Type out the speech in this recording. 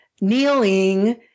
kneeling